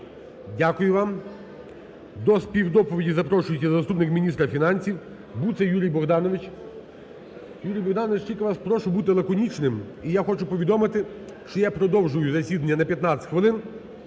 Дякую вам. До співдоповіді запрошується заступник міністра фінансів Буца Юрий Богданович. Юрій Богданович, тільки вас прошу бути лаконічним. І я хочу повідомити, що я продовжую засідання на 15 хвилин.